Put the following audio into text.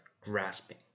grasping